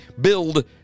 build